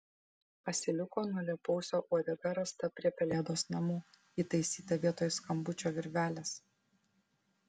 asiliuko nulėpausio uodega rasta prie pelėdos namų įtaisyta vietoj skambučio virvelės